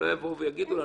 שלא יבואו וגידו לנו,